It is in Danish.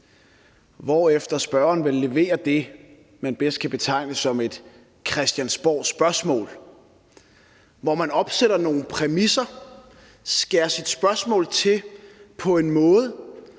hvorefter spørgeren vel leverede det, man bedst kan betegne som et Christiansborgspørgsmål, hvori man opsætter nogle præmisser og skærer sit spørgsmål til på en måde,